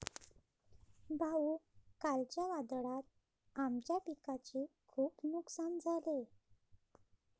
भाऊ, कालच्या वादळात आमच्या पिकाचे खूप नुकसान झाले